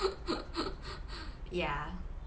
ya